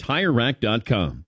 TireRack.com